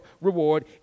reward